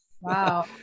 wow